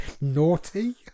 Naughty